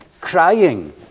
crying